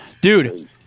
dude